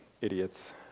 idiots